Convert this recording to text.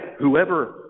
whoever